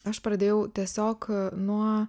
aš pradėjau tiesiog nuo